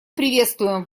приветствуем